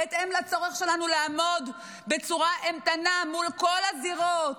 בהתאם לצורך שלנו לעמוד בצורה איתנה מול כל הזירות,